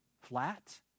flat